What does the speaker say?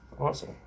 Awesome